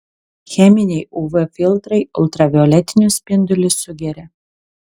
cheminiai uv filtrai ultravioletinius spindulius sugeria